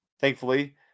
thankfully